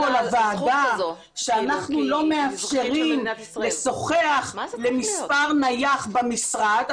מספרים כאן לוועדה שאנחנו לא מאפשרים לשוחח למספר נייח במשרד,